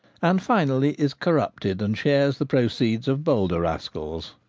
and finally is corrupted, and shares the proceeds of bolder rascals.